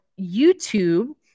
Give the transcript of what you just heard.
YouTube